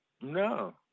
No